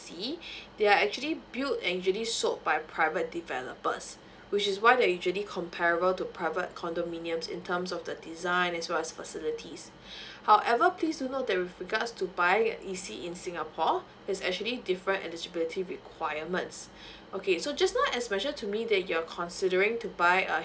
they are actually build and usually sold by private developers which is one that usually comparable to private condominiums in terms of the design as well as the facilities however please do note that with regards to buy a E_C in singapore is actually different eligibility requirements okay so just now as mentioned to me that you're considering to buy a